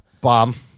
Bomb